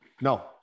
No